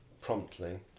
promptly